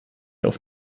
auf